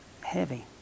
heavy